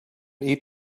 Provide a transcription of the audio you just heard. eat